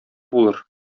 булыр